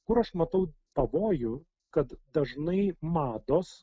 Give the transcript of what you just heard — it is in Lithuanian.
kur aš matau pavojų kad dažnai mados